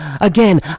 Again